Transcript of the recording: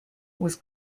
was